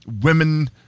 women